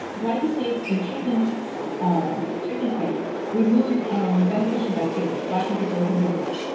glyphosate in chicken so um chicken study removed um beneficial bacteria. lactobacillus and bifido.